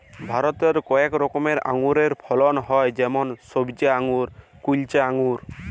ভারতেল্লে কয়েক রকমের আঙুরের ফলল হ্যয় যেমল সইবজা আঙ্গুর, কাইলচা আঙ্গুর